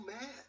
mad